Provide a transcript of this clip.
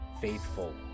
faithful